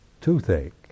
toothache